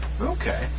Okay